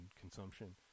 consumption